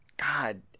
God